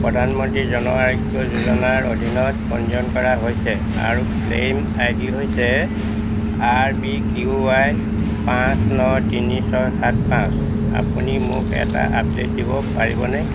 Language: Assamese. প্ৰধানমন্ত্ৰী জন আৰোগ্য যোজনাৰ অধীনত পঞ্জীয়ন কৰা হৈছে আৰু ক্লেইম আই ডি হৈছে আৰ বি কিউ ৱাই পাঁচ ন তিনি ছয় সাত পাঁচ আপুনি মোক এটা আপডেট দিব পাৰিবনে